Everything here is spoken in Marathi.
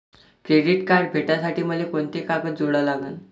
क्रेडिट कार्ड भेटासाठी मले कोंते कागद जोडा लागन?